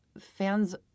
fans